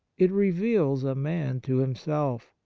it reveals a man to himself.